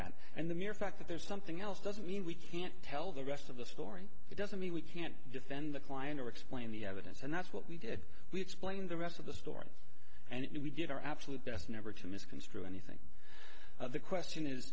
that and the mere fact that there's something else doesn't mean we can't tell the rest of the story it doesn't mean we can't defend the client or explain the evidence and that's what we did we explained the rest of the story and we did our absolute best never to misconstrue anything the question is